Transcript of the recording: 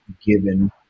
given